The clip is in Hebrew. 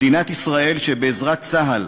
מדינת ישראל, שבעזרת צה"ל,